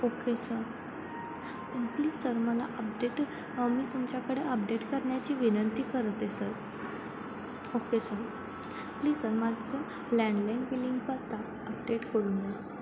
okay sir please sir मला update मी तुमच्याकडे अपडेट करण्याची विनंती करते sir okay sir please sir माझं लँडलाईन बिलिंग पत्ता अपडेट करून द्या